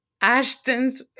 ashton's